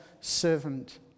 servant